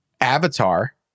Avatar